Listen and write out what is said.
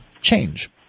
change